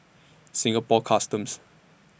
Singapore Customs